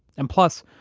and plus,